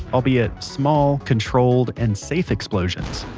albeit small, controlled, and. safe explosions.